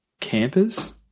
campers